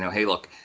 hey, look,